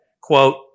quote